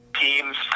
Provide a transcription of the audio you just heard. teams